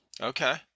Okay